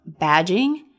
badging